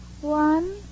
One